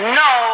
no